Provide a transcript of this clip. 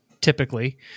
typically